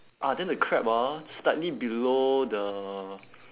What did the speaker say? ah then the crab ah slightly below the